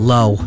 Low